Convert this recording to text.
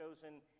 chosen